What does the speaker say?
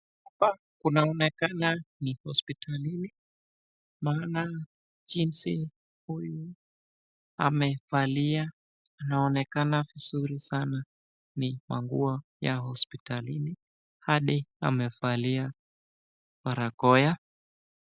Hapa kunaonekana ni hosiptalini, maana jinsi huyu amevalia, inaonekana vizuri sana ni manguo ya hosiptalini hadi amevalia barakoa.